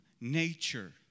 nature